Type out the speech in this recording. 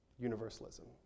Universalism